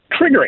triggering